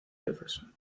jefferson